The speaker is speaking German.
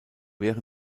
während